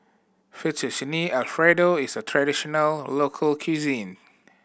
Fettuccine Alfredo is a traditional local cuisine